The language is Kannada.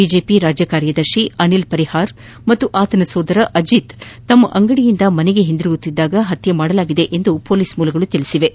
ಬಿಜೆಪಿ ರಾಜ್ಯ ಕಾರ್ಯದರ್ಶಿ ಅನಿಲ್ ಪರಿಹಾರ್ ಮತ್ತು ಆತನ ಸಹೋದರ ಅಜೀತ್ ತಮ್ಮ ಅಂಗಡಿಯಿಂದ ಮನೆಗೆ ಹಿಂತಿರುಗುವಾಗ ಹತ್ಯೆ ಮಾಡಲಾಗಿದೆ ಎಂದು ಪೊಲೀಸ್ ಮೂಲಗಳು ತಿಳಿಸಿವೆ